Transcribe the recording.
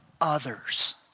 others